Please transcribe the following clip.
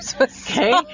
Okay